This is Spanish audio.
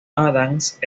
adams